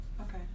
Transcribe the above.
okay